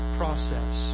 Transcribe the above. process